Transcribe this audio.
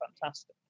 fantastic